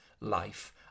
life